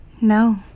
No